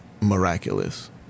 miraculous